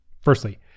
Firstly